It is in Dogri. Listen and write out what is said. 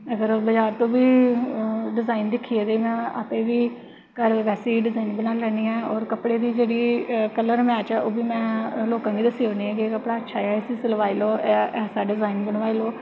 ते अप्पे बी डिजाइन दिक्खियै इ'यां अप्पे बी बैसे डिजाइन बनान्नी होन्नी ऐं और कपड़े बी कल्लर मैच होऐ ओह् बी में लोकां गी दस्सी ओड़नी आं के एह् कपड़ा अच्छा ऐ इस्सी सलवाई लैओ ऐसा डिजाइन बनवाई लैओ